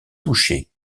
touchés